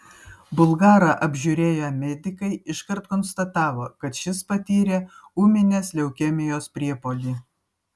bulgarą apžiūrėję medikai iškart konstatavo kad šis patyrė ūminės leukemijos priepuolį